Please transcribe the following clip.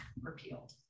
repealed